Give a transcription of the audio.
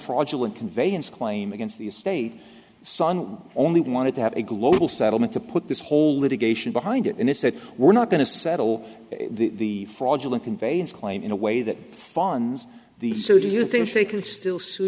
fraudulent conveyance claim against the estate son only wanted to have a global settlement to put this whole litigation behind it and they said we're not going to settle the fraudulent conveyance claim in a way that funds the so do you think they can still sue